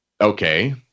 okay